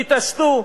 תתעשתו,